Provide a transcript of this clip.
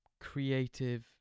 creative